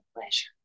pleasure